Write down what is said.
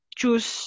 choose